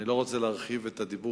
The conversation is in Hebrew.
אני לא רוצה להרחיב את הדיבור,